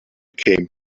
came